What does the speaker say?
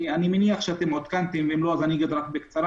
אני מניח שעודכנתם אז אני אומר בקצרה